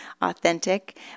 authentic